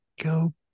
go